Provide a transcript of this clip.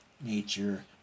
nature